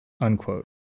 unquote